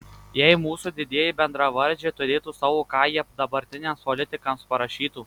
jei mūsų didieji bendravardžiai turėtų savo ką jie dabartiniams politikams parašytų